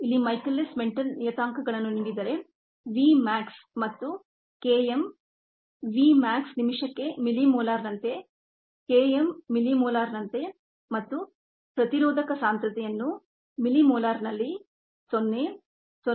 ಇಲ್ಲಿ Michaelis Menten ನಿಯತಾಂಕಗಳನ್ನು ನೀಡಿದರೆ v max ಮ್ಯಾಕ್ಸ್ ಮತ್ತು K m v max ನಿಮಿಷಕ್ಕೆ ಮಿಲಿಮೋಲಾರ್ ನಂತೆ K m ಮಿಲಿಮೋಲಾರ್ ನಂತೆ ಮತ್ತು ಪ್ರತಿರೋಧಕ ಸಾಂದ್ರತೆಯನ್ನು ಮಿಲಿಮೋಲಾರ್ನಲ್ಲಿ 0 0